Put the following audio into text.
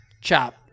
chop